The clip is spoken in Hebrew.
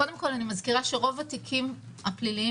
קודם כול אני מזכירה שרוב התיקים הפליליים